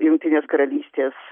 jungtinės karalystės